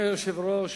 אדוני היושב-ראש,